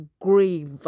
grieve